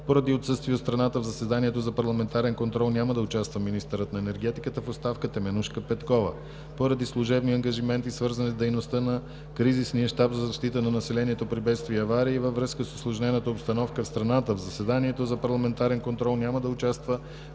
Поради отсъствие от страната, в заседанието за парламентарен контрол няма да участва министърът на енергетиката в оставка Теменужка Петкова. Поради служебни ангажименти, свързани с дейността на Кризисния щаб за защита на населението при бедствия и аварии във връзка с усложнената обстановка в страната, в заседанието за парламентарен контрол няма да участва